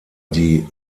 die